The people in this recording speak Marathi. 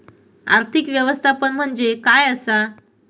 आर्थिक व्यवस्थापन म्हणजे काय असा?